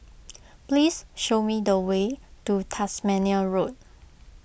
please show me the way to Tasmania Road